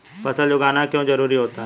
फसल उगाना क्यों जरूरी होता है?